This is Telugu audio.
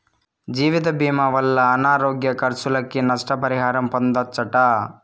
జీవితభీమా వల్ల అనారోగ్య కర్సులకి, నష్ట పరిహారం పొందచ్చట